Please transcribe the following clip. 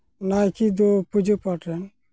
ᱱᱟᱭᱠᱮ ᱫᱚ ᱯᱩᱡᱟᱹᱼᱯᱟᱴ ᱨᱮᱱ